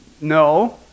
No